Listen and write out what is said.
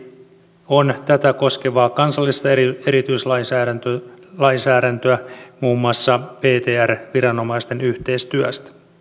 lisäksi on tätä koskevaa kansallista erityislainsäädäntöä muun muassa ptr viranomaisten yhteistyöstä